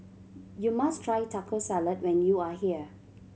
you must try Taco Salad when you are here